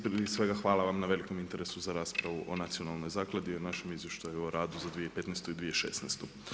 Prije svega hvala vam na velikom interesu za raspravu o Nacionalnoj zakladi, o našem izvještaju o radu za 2015. i 2016.